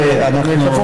ואנחנו נעבור לשאילתות.